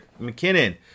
McKinnon